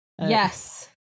Yes